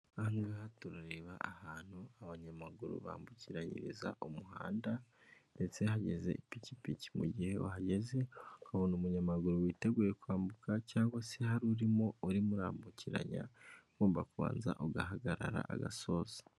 Aha ngaha turareba ahantu abanyamaguru bambukiranyiriza umuhanda, ndetse hageze ipikipiki mu gihe uhageze, ukabona umunyamaguru witeguye kwambuka cyangwa se hari urimo urimo urambukiranya, ugomba kubanza ugahagarara agasoza.